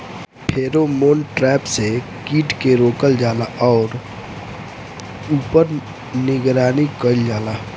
Pheromone trap से कीट के रोकल जाला और ऊपर निगरानी कइल जाला?